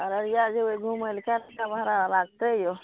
अररिया जेबय घुमय लए कए टाका भाड़ा लागतय यौ